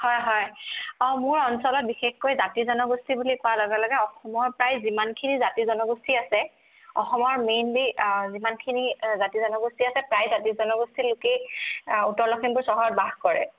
হয় হয় অঁ মোৰ অঞ্চলত বিশেষকৈ জাতি জনগোষ্ঠী বুলি কোৱাৰ লগে লগে অসমৰ প্ৰায় যিমান খিনি জাতি জনগোষ্ঠী আছে অসমৰ মেইনলি যিমানখিনি জাতি জনগোষ্ঠী প্ৰায় জাতি জনগোষ্ঠী লোকেই উত্তৰ লখিমপুৰ চহৰত বাস কৰে